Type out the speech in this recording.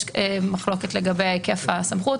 יש מחלוקת לגבי היקף הסמכות.